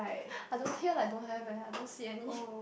I don't feel like don't have eh I don't see any